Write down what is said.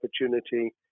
opportunity